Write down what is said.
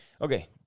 Okay